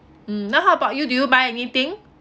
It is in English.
mm now how about you do you buy anything